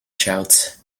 shouts